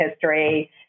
history